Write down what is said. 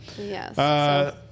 Yes